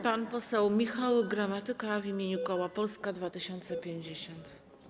Pan poseł Michał Gramatyka w imieniu koła Polska 2050.